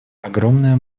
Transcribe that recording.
огромное